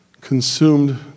consumed